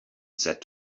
said